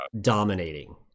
dominating